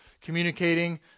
communicating